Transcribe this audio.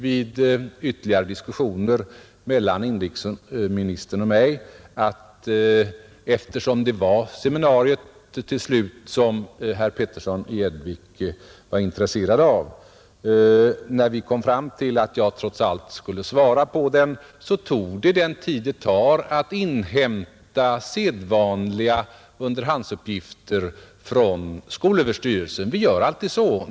Efter ytterligare diskussioner mellan inrikesministern och mig visade det sig sedan att jag trots allt skulle svara på interpellationen, eftersom det ju ändå till slut var seminariet i Haparanda som herr Petersson var intresserad av. Och då tog det den tid som det brukar ta att inhämta sedvanliga underhandsuppgifter från skolöverstyrelsen.